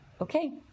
okay